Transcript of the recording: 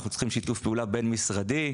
אנחנו צריכים שיתוף פעולה בין משרדי,